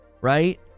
Right